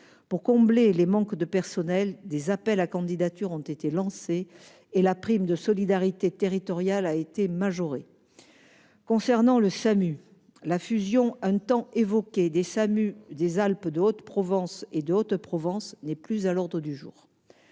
Pour combler le manque de personnels, des appels à candidatures ont été lancés et la prime de solidarité territoriale a été majorée. La fusion, un temps évoquée, du Samu des Alpes-de-Haute-Provence avec celui de Hautes-Alpes n'est plus à l'ordre du jour.